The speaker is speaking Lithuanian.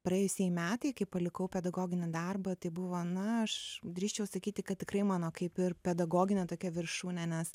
praėjusieji metai kai palikau pedagoginį darbą tai buvo na aš drįsčiau sakyti kad tikrai mano kaip ir pedagoginio tokia viršūnė nes